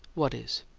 what is?